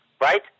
right